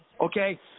Okay